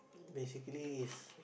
basically is